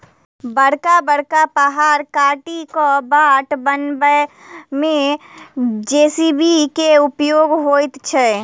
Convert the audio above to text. बड़का बड़का पहाड़ काटि क बाट बनयबा मे जे.सी.बी के उपयोग होइत छै